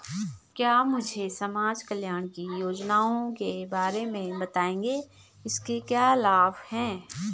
क्या मुझे समाज कल्याण की योजनाओं के बारे में बताएँगे इसके क्या लाभ हैं?